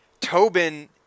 Tobin